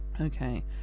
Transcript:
Okay